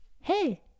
Hey